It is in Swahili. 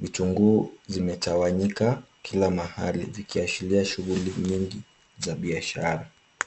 Vitunguu zimetawanyika kila mahali zikiashiria shughuli nyingi za biashara.